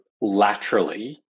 laterally